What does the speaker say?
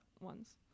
ones